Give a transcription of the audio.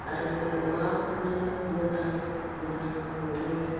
आरो अमाफोरनो मोजां मोजां गुन्दै